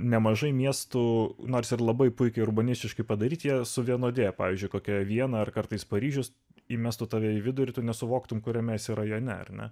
nemažai miestų nors ir labai puikiai urbanistiškai padaryti jie suvienodėja pavyzdžiui kokia viena ar kartais paryžius įmestų tave į vidų ir tu nesuvoktumei kuriame esi rajone ar ne